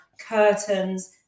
curtains